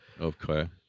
okay